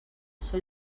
són